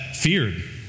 Feared